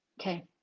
Okay